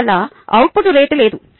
అందువల్ల output rate లేదు